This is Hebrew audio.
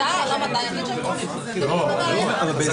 אבל יש